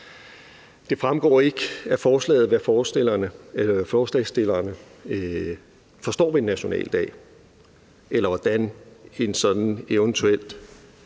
Det fremgår ikke af forslaget, hvad forslagsstillerne forstår ved en nationaldag, eller hvordan en sådan eventuelt